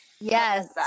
Yes